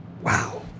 Wow